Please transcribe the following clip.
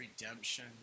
redemption